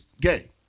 gay